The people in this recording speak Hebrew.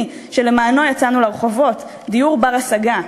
שלמענו יצאנו לרחובות: דיור בר-השגה.